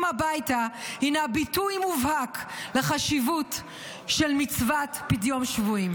הביתה הינה ביטוי מובהק לחשיבות של מצוות פדיון שבויים.